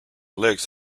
lakes